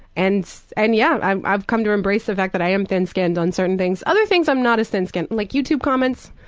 and, and yeah, i've come to embrace the fact that i am thin-skinned on certain things. other things i'm not as thin-skinned. like youtube comments,